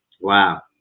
Wow